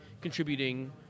contributing